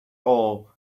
all